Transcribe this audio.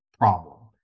problem